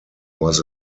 was